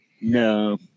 No